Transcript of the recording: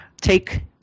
take